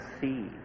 see